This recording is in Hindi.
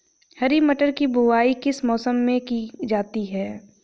हरी मटर की बुवाई किस मौसम में की जाती है?